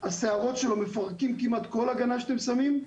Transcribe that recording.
הסערות שלו מפרקות כמעט כל הגנה שאתם שמים.